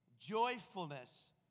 Joyfulness